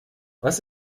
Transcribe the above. was